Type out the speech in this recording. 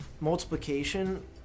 multiplication